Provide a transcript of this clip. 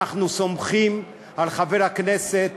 אנחנו סומכים על חבר הכנסת.